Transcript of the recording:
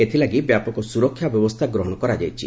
ଏଥିଲାଗି ବ୍ୟାପକ ସୁରକ୍ଷା ବ୍ୟବସ୍ଥା ଗ୍ରହଣ କରାଯାଇଛି